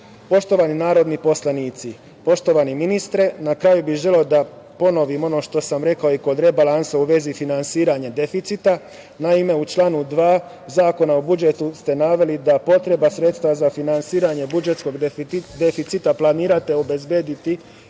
Bečeja. Poštovani narodni poslanici, poštovani ministre, na kraju bih želeo da ponovim ono što sam rekao i kod rebalansa u vezi finansiranja deficita. Naime, u članu 2. Zakona o budžetu ste naveli da potrebna sredstva za finansiranje budžetskog deficita planirate obezbediti